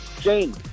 jane